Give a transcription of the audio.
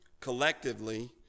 collectively